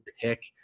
pick